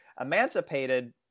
emancipated